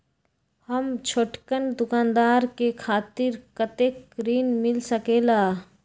हम छोटकन दुकानदार के खातीर कतेक ऋण मिल सकेला?